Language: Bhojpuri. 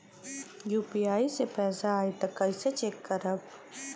यू.पी.आई से पैसा आई त कइसे चेक करब?